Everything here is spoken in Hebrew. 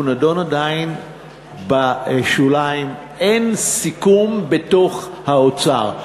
הוא נדון עדיין בשוליים, אין סיכום בתוך האוצר.